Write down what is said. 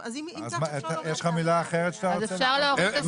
יש מילה אחרת שאתה רוצה להשתמש בה?